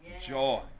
joy